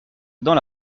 dans